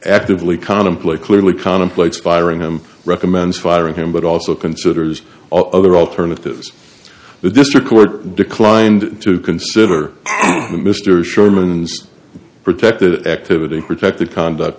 actively contemplate clearly contemplates firing him recommends firing him but also considers all other alternatives the district court declined to consider mr sherman's protected activity protected conduct